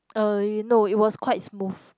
uh no it was quite smooth